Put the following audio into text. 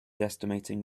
estimating